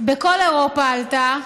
בכל אירופה, עלתה,